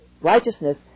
righteousness